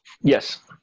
Yes